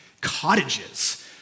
cottages